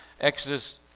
Exodus